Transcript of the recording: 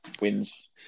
wins